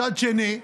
מצד שני,